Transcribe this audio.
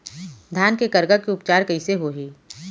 धान के करगा के उपचार कइसे होही?